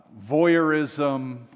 voyeurism